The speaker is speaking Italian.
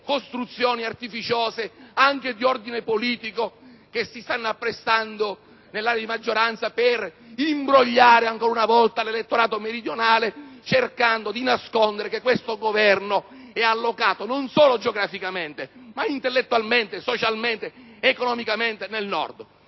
costruzioni artificiose, che è anche di ordine politico, come dimostra il fatto che ci si sta apprestando nell'area di maggioranza per imbrogliare ancora una volta l'elettorato meridionale, cercando di nascondere che questo Governo è allocato non solo geograficamente, ma intellettualmente, socialmente ed economicamente nel Nord.